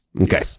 Okay